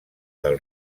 del